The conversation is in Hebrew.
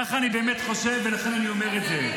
ככה אני באמת חושב, ולכן אני אומר את זה.